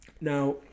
now